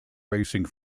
racing